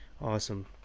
Awesome